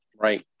Right